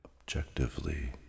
objectively